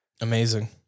Amazing